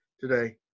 today